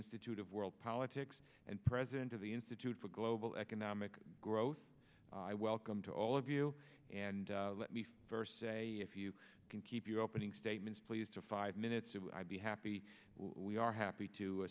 institute of world politics and president of the institute for global economic growth i welcome to all of you and let me first say if you can keep your opening statements please to five minutes to be happy we are happy to